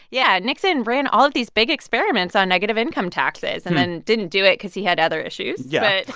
yeah. nixon ran all of these big experiments on negative income taxes and then didn't do it cause he had other issues. but. yeah. but